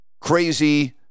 crazy